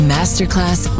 Masterclass